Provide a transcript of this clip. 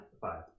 five